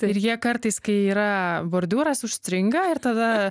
ir jie kartais kai yra bordiūras užstringa ir tada